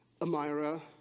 Amira